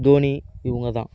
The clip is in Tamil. தோனி இவங்கதான்